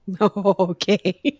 okay